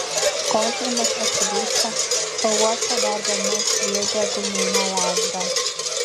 kontrimas atsidūsta pauosto dar bemaž šviežią guminę lazdą